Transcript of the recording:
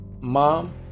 Mom